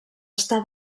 està